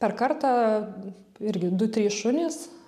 per kartą irgi du trys šunys